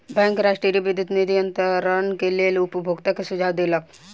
bank राष्ट्रीय विद्युत निधि अन्तरण के लेल उपभोगता के सुझाव देलक